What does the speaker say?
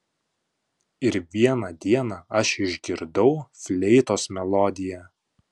ir vieną dieną aš išgirdau fleitos melodiją